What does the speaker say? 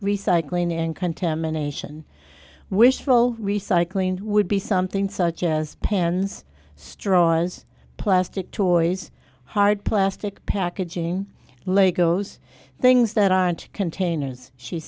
recycling and contamination wishful recycling would be something such as pens straws plastic toys hard plastic packaging lego's things that aren't containers she